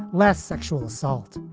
less sexual assault.